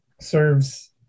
serves